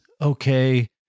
okay